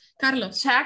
Carlos